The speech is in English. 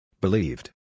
Believed